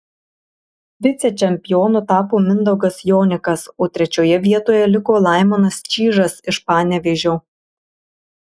vicečempionu tapo mindaugas jonikas o trečioje vietoje liko laimonas čyžas iš panevėžio